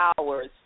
hours